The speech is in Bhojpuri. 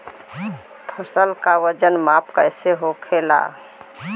फसल का वजन माप कैसे होखेला?